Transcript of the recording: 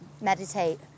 meditate